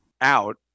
out